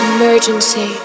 Emergency